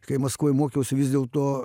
kai maskvoj mokiausi vis dėlto